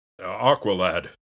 Aqualad